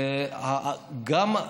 וגם,